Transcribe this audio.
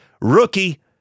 rookie